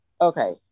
Okay